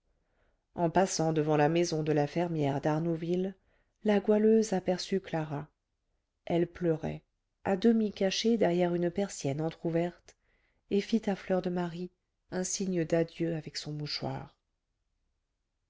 en passant devant la maison de la fermière d'arnouville la goualeuse aperçut clara elle pleurait à demi cachée derrière une persienne entr'ouverte et fit à fleur de marie un signe d'adieu avec son mouchoir